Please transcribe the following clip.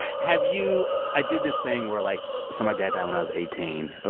have you i did this thing where, like so my dad died when i was eighteen. but